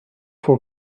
for